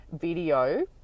video